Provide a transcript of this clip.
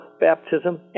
baptism